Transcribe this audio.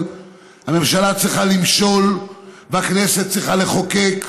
הממשלה צריכה למשול והכנסת צריכה לחוקק.